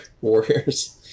Warriors